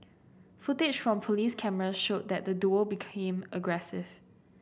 footage from police cameras showed that the duo became aggressive